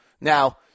Now